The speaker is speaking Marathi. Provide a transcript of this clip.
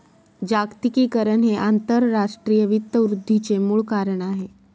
जागतिकीकरण हे आंतरराष्ट्रीय वित्त वृद्धीचे मूळ कारण आहे